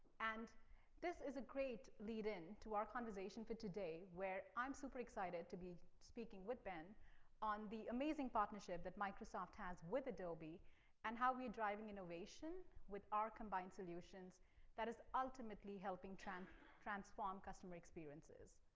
and this is a great lead-in to our conversation for today, where i'm super excited to be speaking with ben on the amazing partnership that microsoft has with adobe and how we drive and innovation with our combined solutions that is ultimately helping transform transform customer sen experiences.